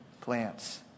plants